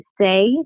say